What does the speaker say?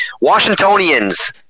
Washingtonians